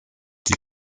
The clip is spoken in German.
die